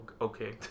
okay